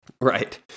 Right